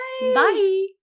Bye